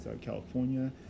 California